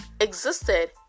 existed